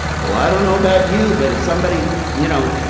well, i don't know about you but if somebody you know,